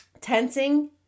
tensing